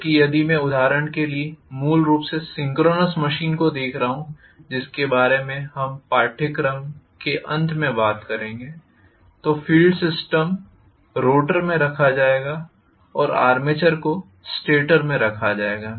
जबकि यदि मैं उदाहरण के लिए मूल रूप से सिंक्रोनस मशीन को देख रहा हूं जिसके बारे में हम पाठ्यक्रम के अंत में बात करेंगे तो फील्ड रोटर में रखा जाएगा और आर्मेचर को स्टेटर में रखा जाएगा